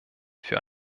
für